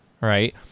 right